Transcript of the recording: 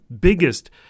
biggest